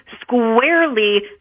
squarely